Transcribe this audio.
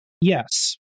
yes